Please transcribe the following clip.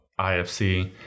IFC